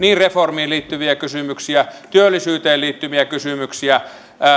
reformiin liittyviä kysymyksiä työllisyyteen liittyviä kysymyksiä